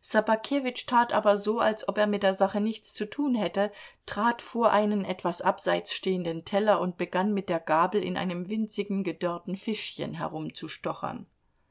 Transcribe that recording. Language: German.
ssobakewitsch tat aber so als ob er mit der sache nichts zu tun hätte trat vor einen etwas abseits stehenden teller und begann mit der gabel in einem winzigen gedörrten fischchen